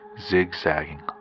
zigzagging